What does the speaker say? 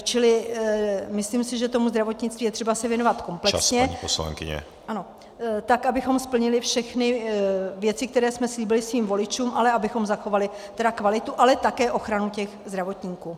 Čili myslím si, že zdravotnictví je třeba se věnovat komplexně ano tak abychom splnili všechny věci, které jsme slíbili svým voličům, ale abychom zachovali kvalitu, ale také ochranu těch zdravotníků.